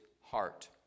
heart